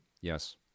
Yes